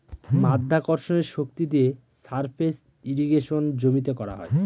মাধ্যাকর্ষণের শক্তি দিয়ে সারফেস ইর্রিগেশনে জমিতে করা হয়